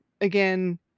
again